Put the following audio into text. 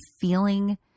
feeling